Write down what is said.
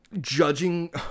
judging